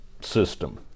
system